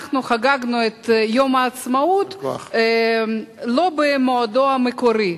חגגנו את יום העצמאות לא במועדו המקורי.